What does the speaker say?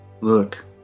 Look